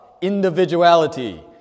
individuality